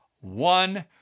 one